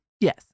Yes